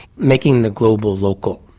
making the global local,